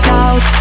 out